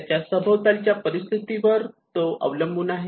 त्याच्या सभोवतालच्या परिस्थितीवर तो अवलंबून आहे